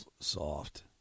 soft